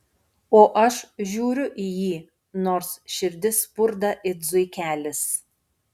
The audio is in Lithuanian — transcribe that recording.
o aš žiūriu į jį nors širdis spurda it zuikelis